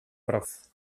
prof